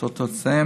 ותוצאותיה,